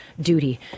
duty